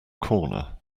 corner